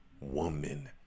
woman